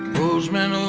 bozeman, um